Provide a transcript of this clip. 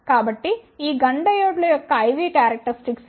కాబట్టి ఈ GUNN డయోడ్ల యొక్క IV క్యారక్టరిస్టిక్స్ ఇది